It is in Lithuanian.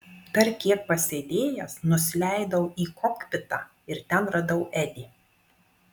dar kiek pasėdėjęs nusileidau į kokpitą ir ten radau edį